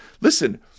listen